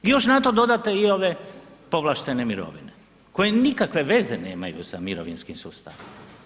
I još na to dodate i ove povlaštene mirovine koje nikakve veze nemaju sa mirovinskim sustavom.